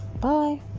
Bye